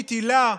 תוכנית היל"ה?